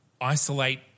isolate